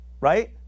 Right